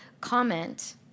comment